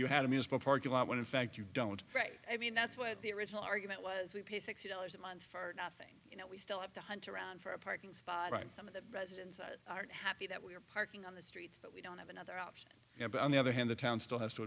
you have a musical parking lot when in fact you don't right i mean that's what the original argument was we pay sixty dollars a month for nothing you know we still have to hunt around for a parking spot in some of the residents aren't happy that we're parking on this it's but we don't have another option now but on the other hand the town still has to